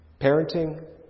Parenting